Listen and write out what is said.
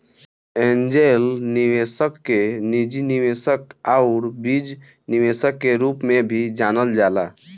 angel निवेशक के निजी निवेशक आउर बीज निवेशक के रूप में भी जानल जाला